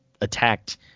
attacked